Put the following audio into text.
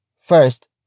First